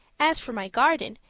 as for my garden,